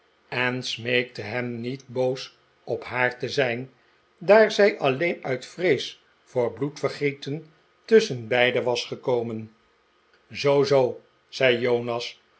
en smeekte hem niet boos op haar te zijn daar zij alleen uit vrees voor bloedvergieten tusschenbeide was gekomen zoo zoo zei jonas